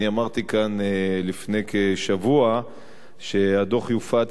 אני אמרתי כאן לפני כשבוע שהדוח יופץ